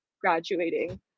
graduating